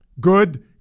Good